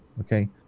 okay